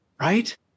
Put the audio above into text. Right